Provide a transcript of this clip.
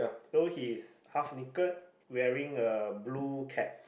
so he's half naked wearing a blue cap